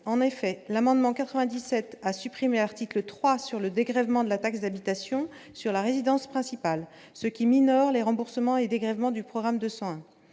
en effet, l'amendement 97 a supprimé, article 3 sur le dégrèvement de la taxe d'habitation sur la résidence principale, ce qui minore les remboursements et dégrèvements du programme de